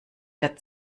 der